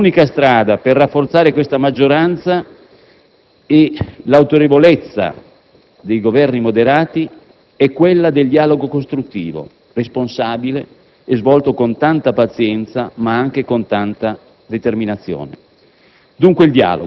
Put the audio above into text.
Si affermò che l'unica strada per rafforzare questa maggioranza e l'autorevolezza dei Governi moderati è quella del dialogo costruttivo, responsabile e svolto con tanta pazienza, ma anche con tanta determinazione.